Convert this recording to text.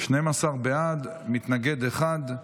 12 בעד, מתנגד אחד.